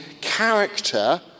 character